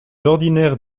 ordinaires